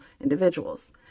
individuals